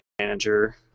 manager